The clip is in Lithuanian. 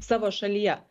savo šalyje